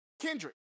Kendrick